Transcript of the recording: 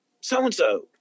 so-and-so